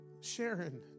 Sharon